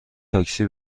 تاکسی